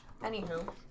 Anywho